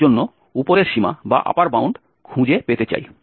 এর জন্য উপরের সীমা খুঁজে পেতে চাই